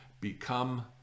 become